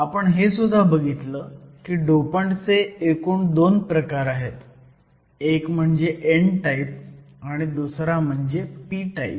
आपण हे सुद्धा बघितलं की डोपंटचे एकूण 2 प्रकार आहेत एक म्हणजे n टाईप आणि दुसरा म्हणजे p टाईप